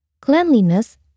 cleanliness